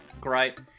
great